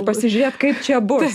pasižiūrėt kaip čia bus